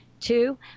two